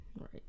right